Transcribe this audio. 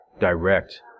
direct